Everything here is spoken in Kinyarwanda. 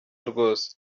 rwose